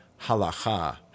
halacha